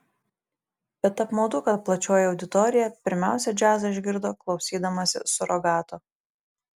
bet apmaudu kad plačioji auditorija pirmiausia džiazą išgirdo klausydamasi surogato